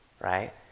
right